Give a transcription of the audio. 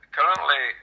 Currently